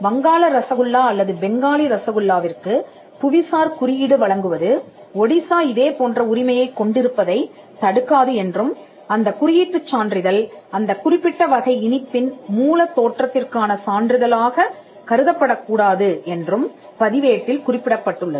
வங்காள ரசகுல்லா அல்லது பெங்காலி ரசகுல்லாவிற்குப் புவிசார் குறியீடு வழங்குவது ஒடிசா இதேபோன்ற உரிமையைக் கொண்டிருப்பதைத் தடுக்காது என்றும் அந்தக் குறியீட்டுச் சான்றிதழ் அந்தக் குறிப்பிட்ட வகை இனிப்பின் மூலத் தோற்றத்திற்கான சான்றிதழ் ஆகக் கருதப்படக் கூடாது என்றும் பதிவேட்டில் குறிப்பிடப்பட்டுள்ளது